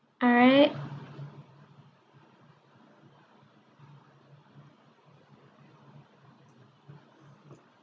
alright